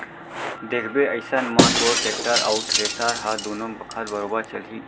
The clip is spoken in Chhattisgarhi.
देखबे अइसन म तोर टेक्टर अउ थेरेसर ह दुनों बखत बरोबर चलही